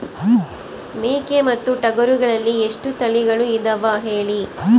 ಮೇಕೆ ಮತ್ತು ಟಗರುಗಳಲ್ಲಿ ಎಷ್ಟು ತಳಿಗಳು ಇದಾವ ಹೇಳಿ?